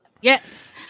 Yes